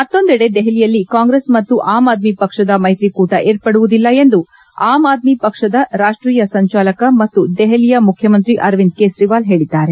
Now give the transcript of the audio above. ಮತ್ತೊಂದೆಡೆ ದೆಹಲಿಯಲ್ಲಿ ಕಾಂಗ್ರೆಸ್ ಮತ್ತು ಆಮ್ ಆದ್ಲಿ ಪಕ್ಷದ ಮೈತ್ರಿಕೂಟ ಏರ್ಪಡುವುದಿಲ್ಲ ಎಂದು ಆಮ್ ಆದ್ಲಿ ಪಕ್ಷದ ರಾಷ್ವೀಯ ಸಂಚಾಲಕ ಮತ್ತು ದೆಹಲಿಯ ಮುಖ್ಯಮಂತ್ರಿ ಅರವಿಂದ ಕೇಜ್ರವಾಲ್ ಹೇಳಿದ್ದಾರೆ